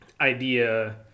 idea